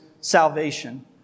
salvation